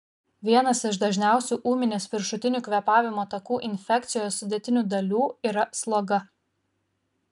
vienas iš dažniausių ūminės viršutinių kvėpavimo takų infekcijos sudėtinių dalių yra sloga